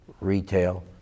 retail